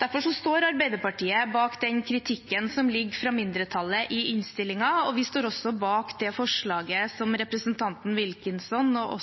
Derfor står Arbeiderpartiet bak kritikken fra mindretallet i innstillingen, og vi står også bak det forslaget som representantene Wilkinson og